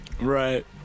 Right